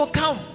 come